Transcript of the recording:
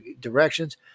directions